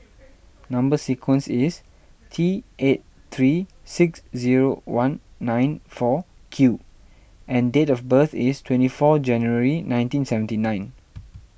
Number Sequence is T eight three six zero one nine four Q and date of birth is twenty four January nineteen seventy nine